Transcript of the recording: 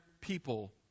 people